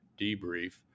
debrief